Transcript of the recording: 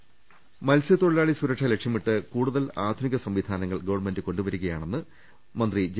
്് മത്സൃത്തൊഴിലാളി സുരക്ഷ ലക്ഷ്യമിട്ട് കൂടുതൽ ആധുനിക സംവിധാനങ്ങൾ ഗവൺമെന്റ് കൊണ്ടുവരികയാണെന്ന് മന്ത്രി ജെ